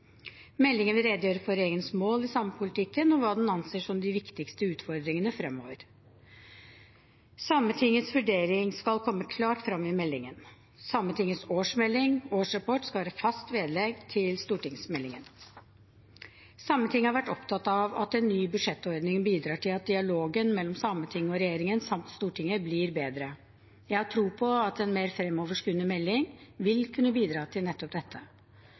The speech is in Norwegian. Meldingen vil redegjøre for regjeringens mål i samepolitikken og hva den anser som de viktigste utfordringene fremover. Sametingets vurderinger skal komme klart frem i meldingen. Sametingets årsmelding/årsrapport skal være fast vedlegg til stortingsmeldingen. Sametinget har vært opptatt av at en ny budsjettordning skal bidra til at dialogen mellom Sametinget og regjeringen samt Stortinget blir bedre. Jeg har tro på at en mer fremoverskuende melding vil kunne bidra til nettopp